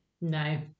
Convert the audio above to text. No